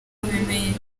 bemeye